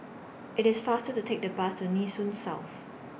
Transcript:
IT IS faster to Take The Bus to Nee Soon South